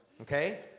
okay